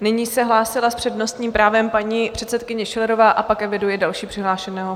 Nyní se hlásila s přednostním právem paní předsedkyně Schillerová a pak eviduji dalšího přihlášeného.